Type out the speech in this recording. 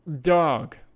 dog